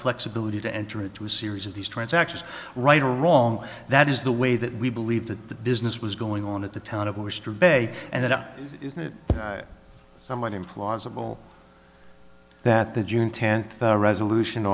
flexibility to enter into a series of these transactions right or wrong that is the way that we believe that the business was going on at the town of our street bake and that someone implausible that the june tenth resolution